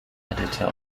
editor